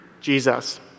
Jesus